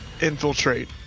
infiltrate